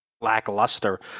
lackluster